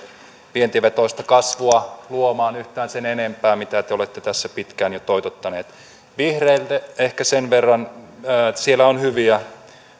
vientivetoista kasvua luomaan yhtään sen enempää kuin se mitä te olette tässä pitkään jo toitottaneet vihreille ehkä sen verran että siellä on hyviä